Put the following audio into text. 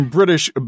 British